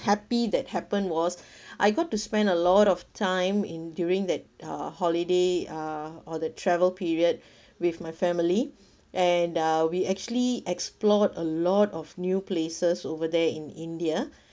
happy that happened was I got to spend a lot of time in during that uh holiday uh or the travel period with my family and uh we actually explored a lot of new places over there in india